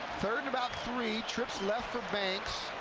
third and about three. left for banks,